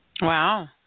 Wow